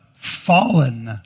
fallen